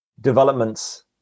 developments